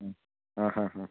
हां हां हां हां